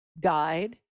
guide